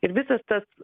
ir visas tas